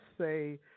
say